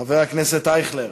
חבר הכנסת אייכלר,